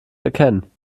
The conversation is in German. erkennen